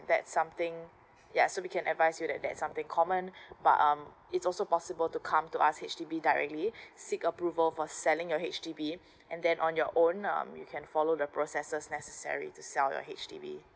that's something ya so we can advise you that that something common but um is also possible to come to us H_D_B directly seek approval for selling your H_D_B and then on your own um you can follow the processes necessary to sell your H_D_B